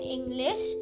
English